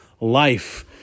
life